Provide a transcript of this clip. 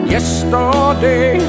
Yesterday